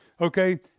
Okay